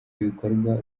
ibikorwa